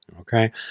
okay